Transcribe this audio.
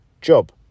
job